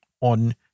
on